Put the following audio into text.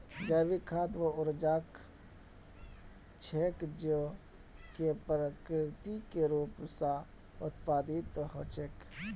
जैविक खाद वे उर्वरक छेक जो कि प्राकृतिक रूप स उत्पादित हछेक